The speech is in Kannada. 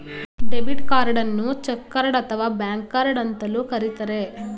ಡೆಬಿಟ್ ಕಾರ್ಡನ್ನು ಚಕ್ ಕಾರ್ಡ್ ಅಥವಾ ಬ್ಯಾಂಕ್ ಕಾರ್ಡ್ ಅಂತಲೂ ಕರಿತರೆ